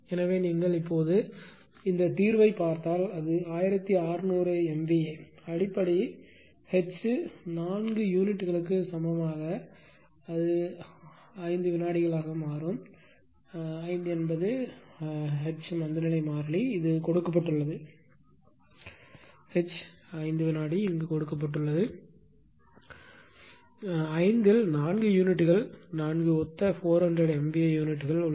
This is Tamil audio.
எனவே நீங்கள் இப்போது இந்த தீர்வைப் பார்த்தால் அது 1600 MVA அடிப்படை H இல் 4 யூனிட் களுக்கு சமமாக உண்மையில் 5 ஆக மாறும் 5 என்பது மந்த நிலை மாறிலி H இது கொடுக்கப்பட்டுள்ளது இந்த எச் இங்கு 5 வினாடி கொடுக்கப்பட்டுள்ளது 5 இல் 4 யூனிட் கள் நான்கு ஒத்த 400 MVA யூனிட் கள் உள்ளன